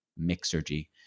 Mixergy